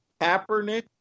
Kaepernick